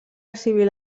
civil